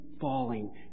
falling